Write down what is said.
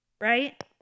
Right